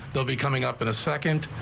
they'll be coming up in a second.